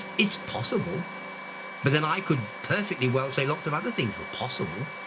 it's possible but then i could perfectly, well, say lots of other things were possible.